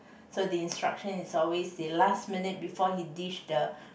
so the instruction is always the last minute before he dish the